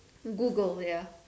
Google ya